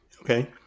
Okay